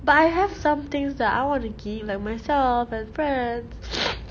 but I have some things that I want to keep like myself and friends